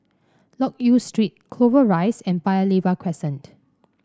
Loke Yew Street Clover Rise and Paya Lebar Crescent